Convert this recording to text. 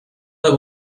the